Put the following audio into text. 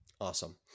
awesome